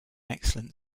excellent